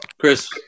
Chris